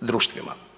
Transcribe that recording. društvima.